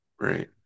Right